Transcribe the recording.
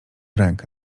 rękę